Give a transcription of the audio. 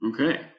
Okay